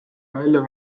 välja